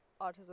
autism